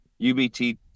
ubt